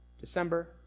December